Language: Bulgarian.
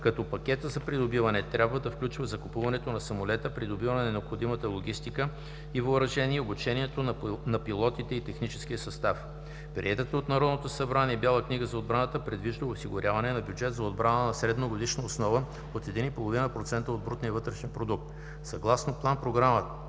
като пакетът за придобиване трябва да включва закупуването на самолета, придобиване на необходимата логистика и въоръжение и обучението на пилотите и техническия състав. Приетата от Народното събрание Бяла книга за отбраната предвижда осигуряване на бюджет за отбрана на средногодишна основа от 1,5% от БВП. Съгласно План-програма